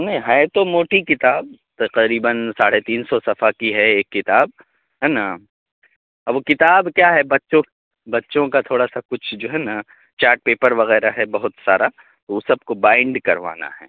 نہیں ہے تو موٹی کتاب تقریباً ساڑھے تین سو صفحہ کی ہے ایک کتاب ہے نا اب وہ کتاب کیا ہے بچوں بچوں کا تھوڑا سا کچھ جو ہے نا چارٹ پیپر وغیرہ ہے بہت سارا وہ سب کو بائنڈ کروانا ہے